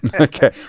Okay